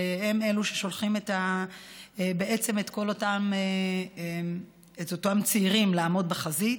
שהם אלו ששולחים בעצם את כל אותם צעירים לעמוד בחזית,